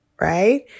Right